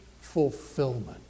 fulfillment